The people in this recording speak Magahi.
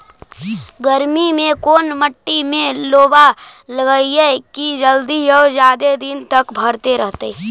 गर्मी में कोन मट्टी में लोबा लगियै कि जल्दी और जादे दिन तक भरतै रहतै?